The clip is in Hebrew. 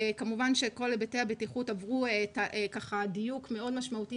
כמובן שכל היבטי הבטיחות עברו דיוק משמעותי